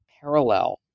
parallel